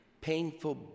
painful